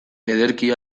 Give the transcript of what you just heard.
ederki